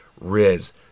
Riz